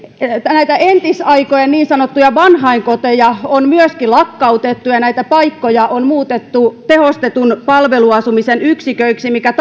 näitä entisaikojen niin sanottuja vanhainkoteja on myöskin lakkautettu ja näitä paikkoja on muutettu tehostetun palveluasumisen yksiköiksi mikä